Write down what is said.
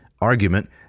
argument